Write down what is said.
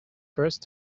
first